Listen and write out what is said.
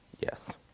Yes